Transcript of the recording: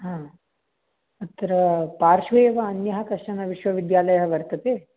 हा अत्र पार्श्वे एव अन्यः कश्चन विश्वविद्यालयः वर्तते